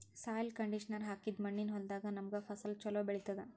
soil conditioner ಹಾಕಿದ್ದ್ ಮಣ್ಣಿನ್ ಹೊಲದಾಗ್ ನಮ್ಗ್ ಫಸಲ್ ಛಲೋ ಬೆಳಿತದ್